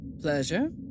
Pleasure